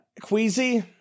Queasy